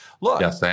Look